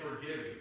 forgiving